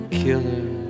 killer